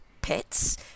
pets